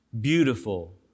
Beautiful